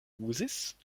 uzis